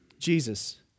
Jesus